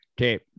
Okay